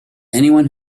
anyone